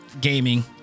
gaming